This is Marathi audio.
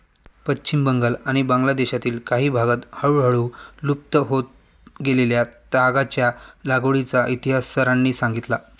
पश्चिम बंगाल आणि बांगलादेशातील काही भागांत हळूहळू लुप्त होत गेलेल्या तागाच्या लागवडीचा इतिहास सरांनी सांगितला